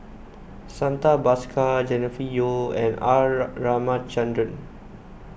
Santha Bhaskar Jennifer Yeo and R Ramachandran